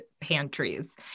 Pantries